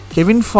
Kevin